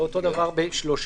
ואותו דבר ב-13.